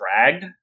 dragged